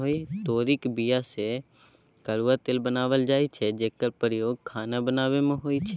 तोरीक बीया सँ करुआ तेल बनाएल जाइ छै जकर प्रयोग खाना बनाबै मे होइ छै